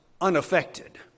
unaffected